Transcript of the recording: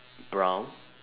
brown